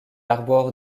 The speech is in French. arbore